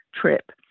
trip